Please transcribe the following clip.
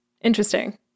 Interesting